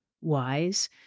wise